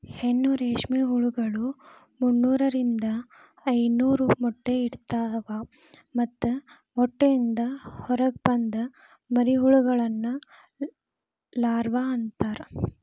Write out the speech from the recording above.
ಹೆಣ್ಣು ರೇಷ್ಮೆ ಹುಳಗಳು ಮುನ್ನೂರಿಂದ ಐದನೂರ ಮೊಟ್ಟೆ ಇಡ್ತವಾ ಮತ್ತ ಮೊಟ್ಟೆಯಿಂದ ಹೊರಗ ಬಂದ ಮರಿಹುಳಗಳನ್ನ ಲಾರ್ವ ಅಂತಾರ